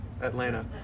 Atlanta